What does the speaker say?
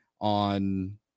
on